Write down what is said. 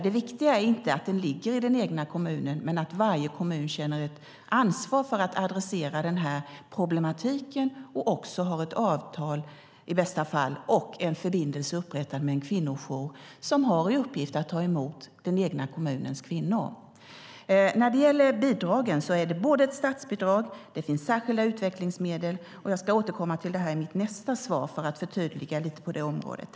Det viktiga är inte att det ligger i den egna kommunen men att varje kommun känner ett ansvar för problematiken och i bästa fall också har ett avtal med en kvinnojour som har i uppgift att ta emot den egna kommunens kvinnor. När det gäller bidragen finns det både ett statsbidrag och särskilda utvecklingsmedel. Jag ska återkomma i mitt nästa inlägg och förtydliga lite på det området.